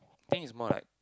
I think is more like